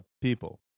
people